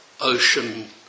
ocean